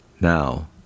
now